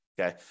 okay